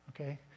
Okay